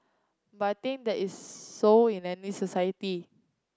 but I think that is so in any society